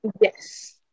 Yes